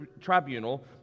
tribunal